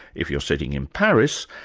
if you're sitting and paris,